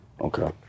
Okay